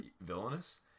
villainous